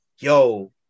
yo